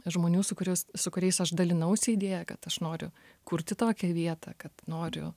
žmonių su kuriuos su kuriais aš dalinausi idėja kad aš noriu kurti tokią vietą kad noriu